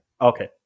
Okay